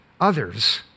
others